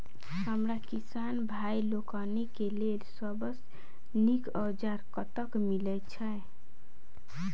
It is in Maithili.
हमरा किसान भाई लोकनि केँ लेल सबसँ नीक औजार कतह मिलै छै?